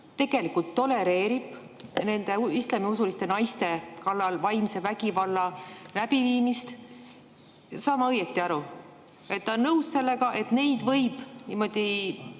tegelikult tolereerib islamiusuliste naiste kallal vaimse vägivalla läbiviimist? Kas ma saan õigesti aru, et ta on nõus sellega, et neid võib niimoodi